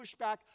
pushback